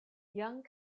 young